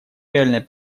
реальной